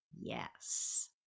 Yes